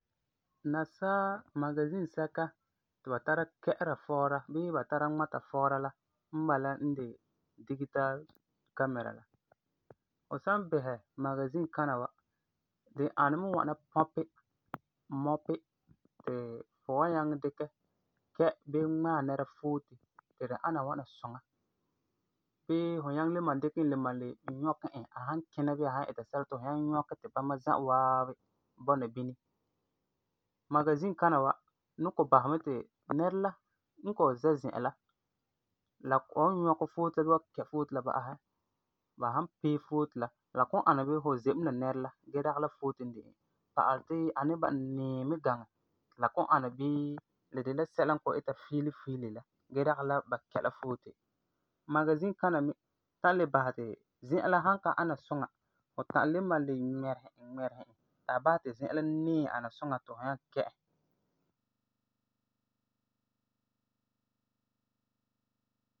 Nasaa magazin sɛka ti ba tara kɛ'ɛra fɔɔra bii ba tara ŋmata fɔɔra n bala n de digital camera la. Fu san bisɛ magazin kana wa, di ani mɛ ŋwana pɔpi, mɔpi ti fu wan nyaŋɛ dikɛ kɛ bii ŋmaɛ nɛra foote ti di ana ŋwana suŋa bii fu nyaŋɛ le malum dikɛ e le malum nyɔkɛ e, a san kina bii a san ita sɛla ti fu nyɔkɛ e ti bama za'a waabi bɔna bini. Magazin kana wa ni kɔ'ɔm basɛ mɛ ti nɛra n kɔ'ɔm zɛa zi'a la, la, fu wan nyɔkɛ foote la bii kɛ foote la ba'asɛ ba san pee foote la, la kɔ'ɔm ana bii fu ze mɛ la nɛra la gee dagi la foote n de e. Pa'alɛ ti a ba'am niiɛ mɛ gaŋɛ ti kɔ'ɔm ani bii la de la sɛla n kɔ'ɔm ita fiili fiili la gee dagi la ba kɛ la foote. Magazin kana me ta'am le basɛ ti zi'an la san ka ana suŋa fu ta'am le malum le ŋmɛresɛ e ŋmɛresɛ e ti a basɛ ti zi'an la niiɛ ana suŋa ti fu nyaa kɛ e